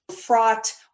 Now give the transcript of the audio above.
fraught